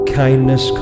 kindness